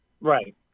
Right